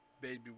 baby